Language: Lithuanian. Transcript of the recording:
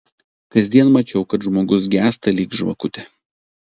kasdien mačiau kad žmogus gęsta lyg žvakutė